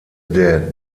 der